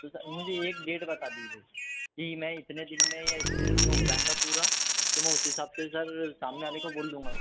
तो सर मुझे एक डेट बता दीजिए सर कि नहीं इतने दिन में या इतने दिन में हो जाएगा पूरा तो मैं उस हिसाब से सर सामने वाले को बोल दूँगा